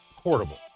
portable